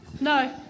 No